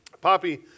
Poppy